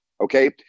okay